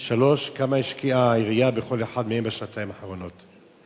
3. כמה השקיעה העירייה בכל אחד מהם בשנתיים האחרונות?